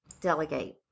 Delegate